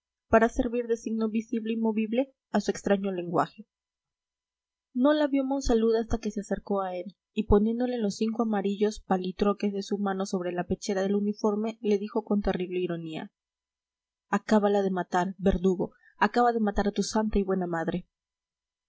para servir de signo visible y movible a su extraño lenguaje no la vio monsalud hasta que se acercó a él y poniéndole los cinco amarillos palitroques de su mano sobre la pechera del uniforme le dijo con terrible ironía acábala de matar verdugo acaba de matar a tu santa y buena madre